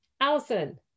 Allison